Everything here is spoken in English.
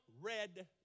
red